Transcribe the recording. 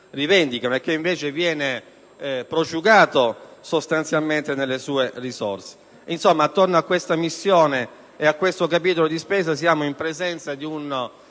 e che invece viene sostanzialmente prosciugato nelle sue risorse. Insomma, attorno a questa missione e a questo capitolo di spesa, siamo in presenza di una